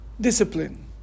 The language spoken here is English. discipline